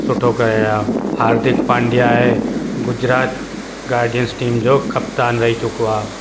सुठो करे विया हार्दिक पांडिया आहे गुजरात गार्डिअन्स टीम जो कप्तान रही चुको आहे